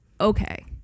Okay